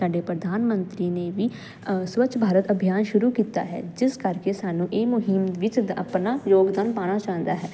ਸਾਡੇ ਪ੍ਰਧਾਨ ਮੰਤਰੀ ਨੇ ਵੀ ਸਵੱਚ ਭਾਰਤ ਅਭਿਆਨ ਸ਼ੁਰੂ ਕੀਤਾ ਹੈ ਜਿਸ ਕਰਕੇ ਸਾਨੂੰ ਇਹ ਮੁਹਿੰਮ ਵਿੱਚ ਆਪਣਾ ਯੋਗਦਾਨ ਪਾਣਾ ਚਾਦਾ ਹੈ